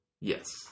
Yes